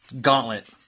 gauntlet